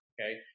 okay